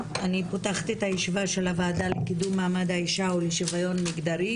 אני פותחת הישיבה של הועדה לקידום מעמד האישה ולשוויון מגדרי